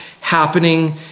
happening